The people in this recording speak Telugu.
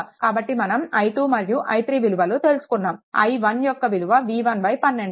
కాబట్టి మనం i2 మరియు i3 విలువలు తెలుసుకున్నాము i1 యొక్క విలువ V112